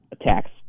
attacks